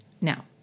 Now